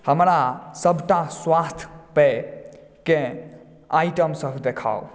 हमरा सभटा स्वास्थ्य पेयके आइटमसभ देखाउ